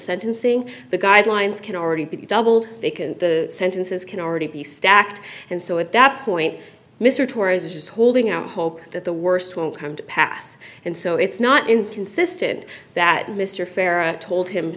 sentencing guidelines can already be doubled they can the sentences can already be stacked and so at that point mr torres is just holding out hope that the worst won't come to pass and so it's not in consistent that mr farrah told him